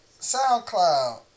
SoundCloud